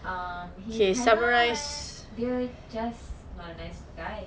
um he's kinda like dia just not a nice guy